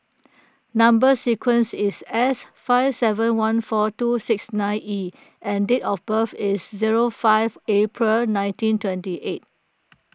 Number Sequence is S five seven one four two six nine E and date of birth is zero five April nineteen twenty eight